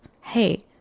hey